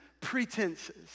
pretenses